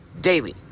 daily